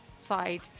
Side